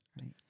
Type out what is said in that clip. right